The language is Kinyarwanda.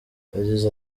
yagize